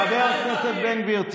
חבר הכנסת בן גביר.